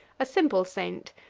a simple saint,